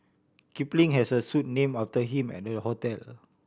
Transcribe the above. Kipling has a suite name after him at the hotel